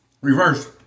Reverse